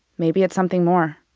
maybe it's something more.